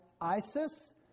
Isis